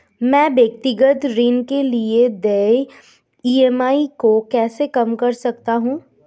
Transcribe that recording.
मैं व्यक्तिगत ऋण के लिए देय ई.एम.आई को कैसे कम कर सकता हूँ?